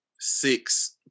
six